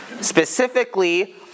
specifically